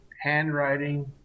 handwriting